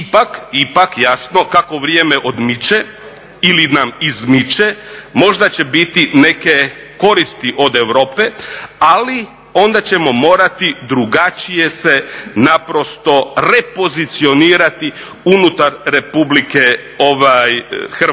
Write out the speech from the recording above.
Ipak jasno kako vrijeme odmiče ili nam izmiče možda će biti neke koristi od Europe, ali onda ćemo morati drugačije se naprosto repozicionirati unutar Republike Hrvatske.